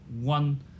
one